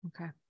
Okay